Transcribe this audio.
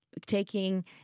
taking